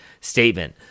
statement